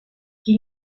qui